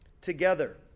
together